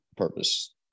purpose